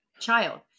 child